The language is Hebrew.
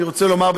אני רוצה לומר,